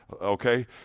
okay